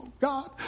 God